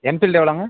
Enfield எவ்வளோங்க